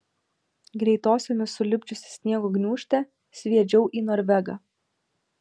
greitosiomis sulipdžiusi sniego gniūžtę sviedžiau į norvegą